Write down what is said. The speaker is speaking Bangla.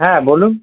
হ্যাঁ বলুন